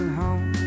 home